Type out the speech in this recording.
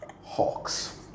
Hawks